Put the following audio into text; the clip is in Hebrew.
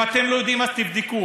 אם אתם לא יודעים אז תבדקו,